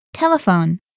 Telephone